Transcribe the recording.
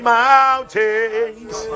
mountains